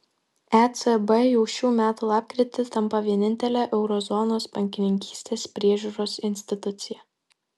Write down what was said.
ecb jau šių metų lapkritį tampa vienintele euro zonos bankininkystės priežiūros institucija